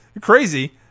Crazy